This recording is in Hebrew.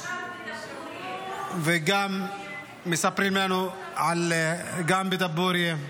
עכשיו --- וגם מספרים לנו על דבורייה,